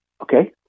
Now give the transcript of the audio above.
Okay